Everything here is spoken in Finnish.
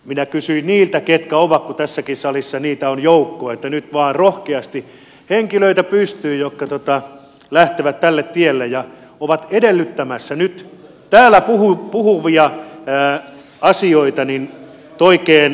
minä kysyin niiltä ketkä ovat kun tässäkin salissa heitä on joukko että nyt vaan rohkeasti henkilöitä pystyyn jotka lähtevät tälle tielle ja ovat edellyttämässä nyt täällä puhuttuihin asioihin oikein konkretiaa